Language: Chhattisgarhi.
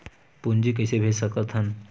पूंजी कइसे भेज सकत हन?